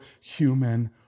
human